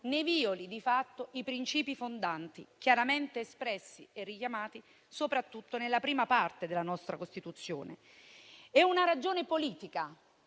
ne violi di fatto i princìpi fondanti, chiaramente espressi e richiamati soprattutto nella Parte I della nostra Costituzione. Vi è poi una ragione politica